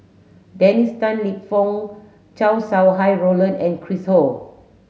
Dennis Tan Lip Fong Chow Sau Hai Roland and Chris Ho